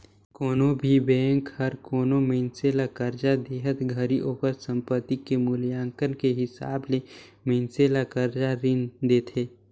कोनो भी बेंक हर कोनो मइनसे ल करजा देहत घरी ओकर संपति के मूल्यांकन के हिसाब ले मइनसे ल करजा रीन देथे